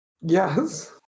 Yes